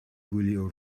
gwylio